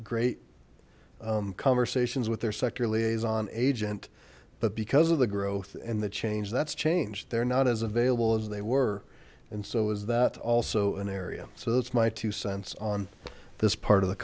great conversations with their sector liaison agent but because of the growth and the change that's changed they're not as available as they were and so is that also an area so that's my two cents on this part of the